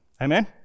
amen